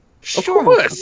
Sure